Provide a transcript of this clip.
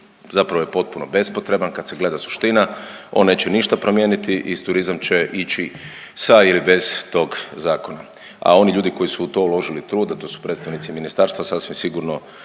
zapravo je potpuno bespotreban, kad se gleda suština, on neće ništa promijeniti i s turizam će ići sa ili bez tog Zakona, a oni ljudi koji su u to uložili trud, a to su predstavnici ministarstva, sasvim sigurno